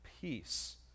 peace